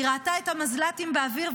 היא ראתה את המזל"טים באוויר,